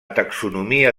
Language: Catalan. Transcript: taxonomia